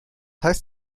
heißt